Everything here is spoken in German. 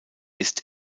ist